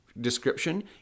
description